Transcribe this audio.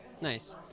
nice